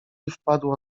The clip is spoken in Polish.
wpadło